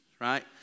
right